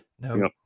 No